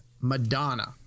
madonna